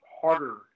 harder